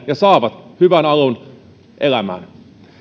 ja saa hyvän alun elämään